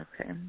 okay